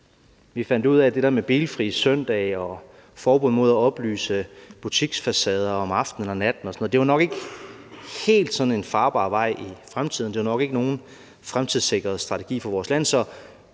Vi fandt ud af, at det der med bilfri søndage og forbud mod at oplyse butiksfacader om aftenen og natten og sådan noget nok ikke var en helt farbar vej i fremtiden. Det var nok ikke nogen fremtidssikret strategi for vores land,